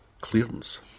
clearance